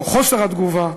או חוסר התגובה.